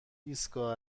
ایستگاه